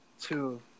Two